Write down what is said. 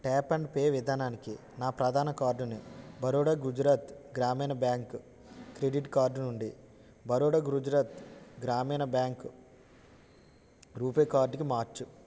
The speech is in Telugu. ట్యాప్ అండ్ పే విధానానికి నా ప్రధాన కార్డుని Baroda Gujarat Gramin bank credit card నుండి బరోడా గుజరాత్ గ్రామీణ బ్యాంక్ రూపే కార్డుకి మార్చు